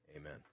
Amen